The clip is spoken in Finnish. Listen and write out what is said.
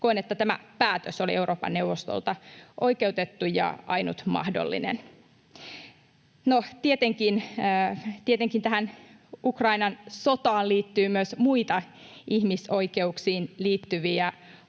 Koen, että tämä päätös oli Euroopan neuvostolta oikeutettu ja ainut mahdollinen. No, tietenkin tähän Ukrainan sotaan liittyy myös muita ihmisoikeuksiin liittyviä